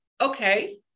Okay